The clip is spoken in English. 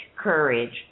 courage